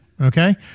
okay